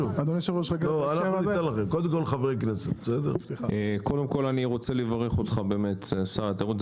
קודם כל, אני רוצה לברך אותך באמת, שר התיירות.